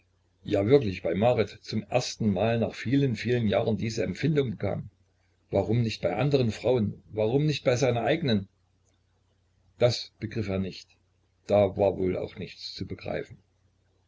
ja wirklich bei marit zum ersten mal nach vielen vielen jahren diese empfindung bekam warum nicht bei anderen frauen warum nicht bei seiner eigenen das begriff er nicht da war wohl auch nichts zu begreifen